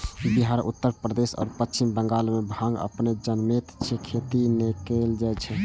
बिहार, उत्तर प्रदेश आ पश्चिम बंगाल मे भांग अपने जनमैत छै, खेती नै कैल जाए छै